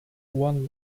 one